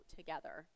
together